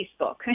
Facebook